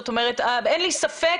אין לי ספק,